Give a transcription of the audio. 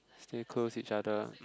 stay close to each other